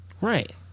Right